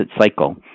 cycle